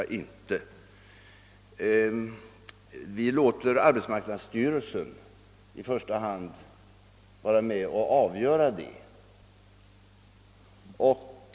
I första hand låter vi arbetsmarknadsstyrelsen vara med om att avgöra dessa frågor.